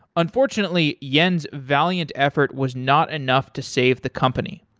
unfortunately, yen's valiant effort was not enough to save the company,